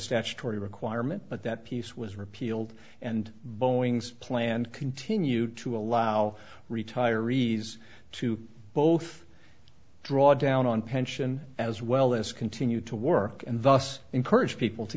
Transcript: statutory requirement but that piece was repealed and boeing's planned continue to allow retirees to both draw down on pension as well as continue to work and thus encourage people to